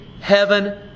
heaven